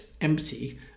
empty